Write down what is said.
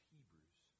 Hebrews